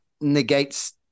negates